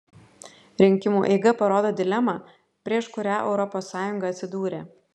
rinkimų eiga parodo dilemą prieš kurią europos sąjunga atsidūrė